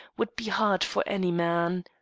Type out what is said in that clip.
would be hard for any man.